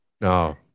No